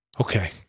Okay